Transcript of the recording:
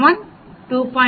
5 1